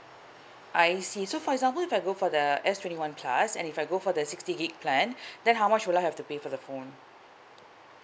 I see so for example if I go for the S twenty one plus and if I go for the sixty gig plan then how much will I have to pay for the phone